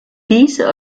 diese